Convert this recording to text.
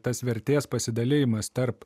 tas vertės pasidalijimas tarp